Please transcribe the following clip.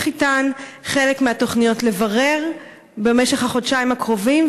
וחלק מהתוכניות לברר במשך החודשיים הקרובים,